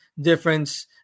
difference